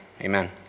amen